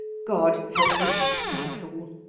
god help me that's all!